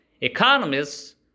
Economists